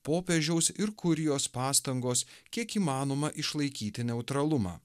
popiežiaus ir kur jos pastangos kiek įmanoma išlaikyti neutralumą